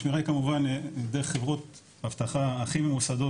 השמירה היא כמובן דרך חברות אבטחה הכי ממוסדות,